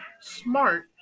SMART